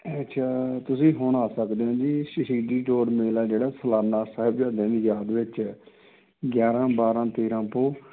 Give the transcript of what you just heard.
ਅੱਛਾ ਤੁਸੀਂ ਹੁਣ ਆ ਸਕਦੇ ਹੋ ਜੀ ਸ਼ਹੀਦੀ ਜੋੜ ਮੇਲਾ ਜਿਹੜਾ ਸਲਾਨਾ ਸਾਹਿਬਜ਼ਾਦਿਆਂ ਦੀ ਯਾਦ ਵਿੱਚ ਹੈ ਗਿਆਰ੍ਹਾਂ ਬਾਰ੍ਹਾਂ ਤੇਰ੍ਹਾਂ ਤੋਂ